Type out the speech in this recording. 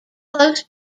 close